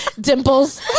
dimples